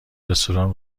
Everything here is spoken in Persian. رستوران